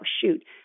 shoot